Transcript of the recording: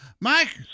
Mike